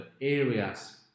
areas